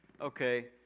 Okay